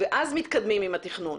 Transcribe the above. ואז מתקדמים עם התכנון?